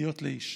להיות לאיש.